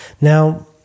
Now